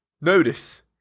Notice